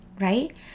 right